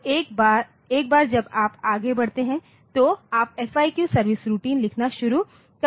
तो एक बार जब आप आगे बढ़ते हैं तो आप FIQ सर्विस रूटीन लिखना शुरू कर सकते हैं